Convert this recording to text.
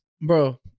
bro